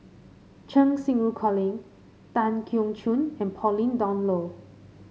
Cheng Xinru Colin Tan Keong Choon and Pauline Dawn Loh